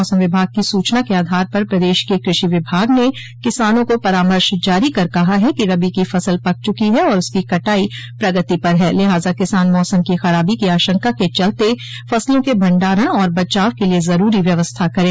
मौसम विभाग की सूचना के आधार पर प्रदेश के कृषि विभाग ने किसानों को परामर्श जारी कर कहा है कि रबी की फसल पक चुकी है और उसकी कटाई प्रगति पर है लिहाजा किसान मौसम की खराबी की आशंका के चलते फसलों के भंडारण और बचाव के लिये जरूरी व्यवस्था करे